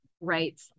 right